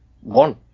one